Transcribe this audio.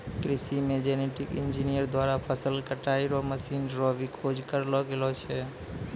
कृषि मे genetic engineer द्वारा फसल कटाई रो मशीन रो भी खोज करलो गेलो छै